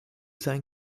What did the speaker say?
sein